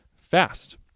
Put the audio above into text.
fast